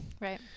Right